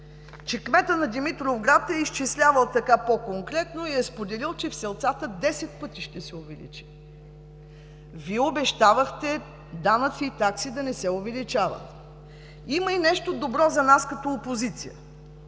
че кметът на Димитровград е изчислявал по-конкретно и е споделил, че в селцата ще се увеличи 10 пъти. Вие обещавахте данъци и такси да не се увеличават. Има и нещо добро за нас, като опозиция.